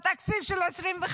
בתקציב של 2025?